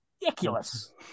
Ridiculous